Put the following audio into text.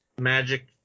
Magic